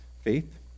faith